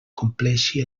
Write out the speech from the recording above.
compleixi